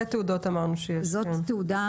זאת התעודה